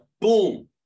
Boom